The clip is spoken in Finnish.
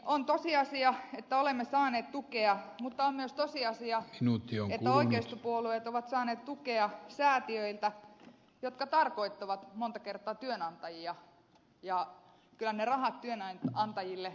on tosiasia että olemme saaneet tukea mutta on myös tosiasia että oikeistopuolueet ovat saaneet tukea säätiöiltä jotka tarkoittavat monta kertaa työnantajia ja kyllä ne rahat työnantajille yrittäjille tulevat monta kertaa kansalaisilta